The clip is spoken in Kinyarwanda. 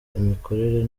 imikorere